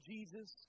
Jesus